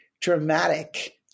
dramatic